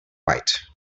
white